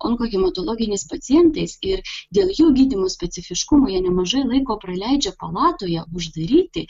onkohematologiniais pacientais ir dėl jų gydymo specifiškumo jie nemažai laiko praleidžia palatoje uždaryti